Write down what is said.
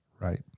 Right